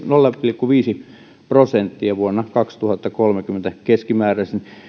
nolla pilkku viisi prosenttia vuonna kaksituhattakolmekymmentä keskimääräisen